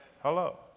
Hello